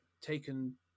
taken